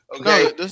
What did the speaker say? Okay